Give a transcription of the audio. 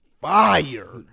fire